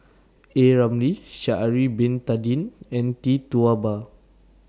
A Ramli Sha'Ari Bin Tadin and Tee Tua Ba